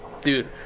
Dude